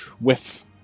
Whiff